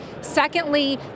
Secondly